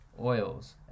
oils